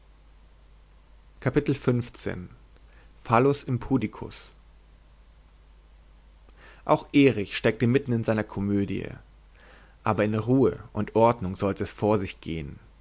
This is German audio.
phallus impudicus auch erich steckte mitten in seiner komödie aber in ruhe und ordnung soll es vor sich gehen